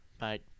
Mate